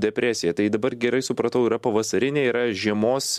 depresija tai dabar gerai supratau yra pavasarinė yra žiemos